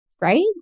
right